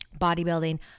Bodybuilding